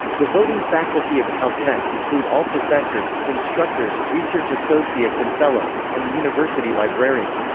the voting faculty of caltech include all professors, instructors, research associates and fellows, and the university librarian.